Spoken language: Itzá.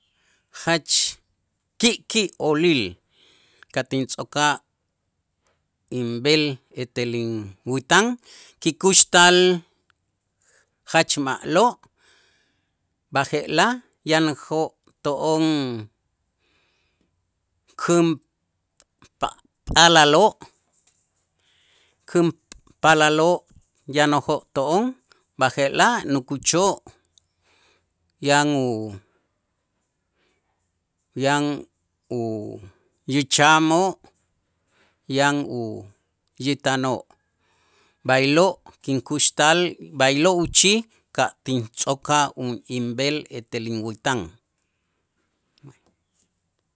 Jach ki' ki' oolil ka' tintz'o'kaj inb'el etel inwätan, kikuxtal jach ma'lo' b'aje'laj yanäjoo' to'on kän pa- paalaloo' kän paalaloo' yanäjoo' to'on b'aje'laj nukuchoo' yan u yan u ichamoo', yan u yitanoo' b'aylo' kinkuxtal b'aylo' uchij ka' tintz'o'kaj u- inb'el etel inwätan.